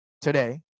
today